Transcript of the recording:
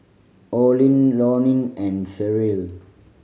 Olin Lonnie and Sheryll